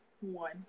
One